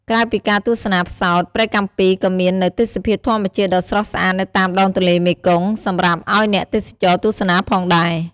ក្រៅពីការទស្សនាផ្សោត ព្រែកកាំពីក៏មាននូវទេសភាពធម្មជាតិដ៏ស្រស់ស្អាតនៅតាមដងទន្លេមេគង្គសម្រាប់អោយអ្នកទេសចរណ៍ទស្សនាផងដែរ ។